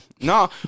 No